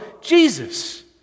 Jesus